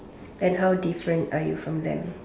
and how different are you from them